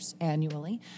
annually